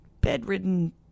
bedridden